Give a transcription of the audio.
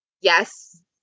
yes